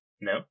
No